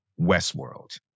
Westworld